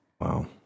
Wow